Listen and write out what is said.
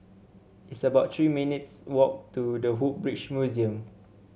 it's about Three minutes' walk to The Woodbridge Museum